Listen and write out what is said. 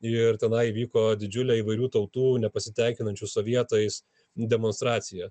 ir tenai vyko didžiuliai įvairių tautų nepasitenkinančių sovietais demonstracija